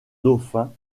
dauphin